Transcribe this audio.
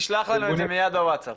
תשלח לנו את זה מיד בווטסאפ.